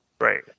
Right